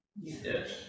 Yes